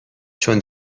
چون